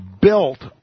built